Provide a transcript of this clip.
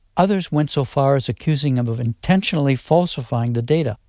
others went so far as accusing him of intentionally falsifying the data,